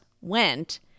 went